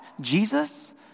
Jesus